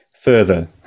further